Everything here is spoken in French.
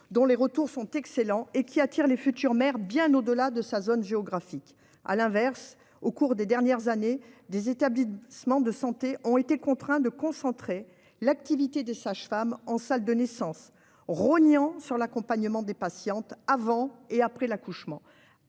dont la réputation est excellente et qui attire les futures mères bien au-delà de sa zone géographique. À l'inverse, au cours des dernières années, des établissements de santé ont été contraints de concentrer l'activité des sages-femmes en salle de naissance, rognant sur l'accompagnement des patientes avant et après l'accouchement.